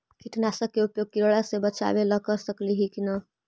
कीटनाशक के उपयोग किड़ा से बचाव ल कर सकली हे की न?